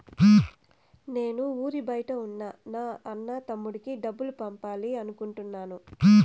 నేను ఊరి బయట ఉన్న నా అన్న, తమ్ముడికి డబ్బులు పంపాలి అనుకుంటున్నాను